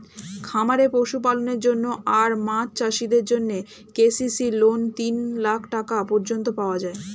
খামারে পশুপালনের জন্য আর মাছ চাষিদের জন্যে কে.সি.সি লোন তিন লাখ টাকা পর্যন্ত পাওয়া যায়